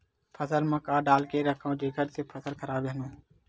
फसल म का डाल के रखव जेखर से फसल खराब झन हो?